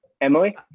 emily